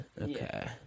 Okay